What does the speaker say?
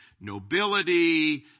nobility